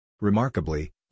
Remarkably